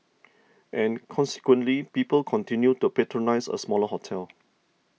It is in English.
and consequently people continued to patronise a smaller hotel